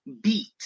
beat